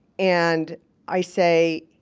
and i say,